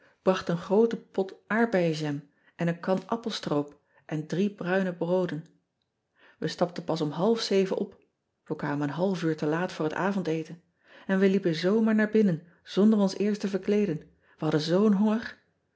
een groote pot aardbeienjam en een kan appelstroop en drie bruine brooden ij stapten pas om half zeven op we kwamen een half uur te laat voor het avondeten en we liepen zoo maar naar binnen zonder ons eerst te verkleeden we hadden zoo n honger